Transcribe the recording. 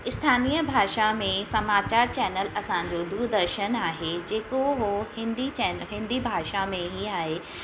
स्थानीय भाषा में समाचार चैनल असांजो दूरदर्शन आहे जेको हो हिंदी चैन हिंदी भाषा में ई आहे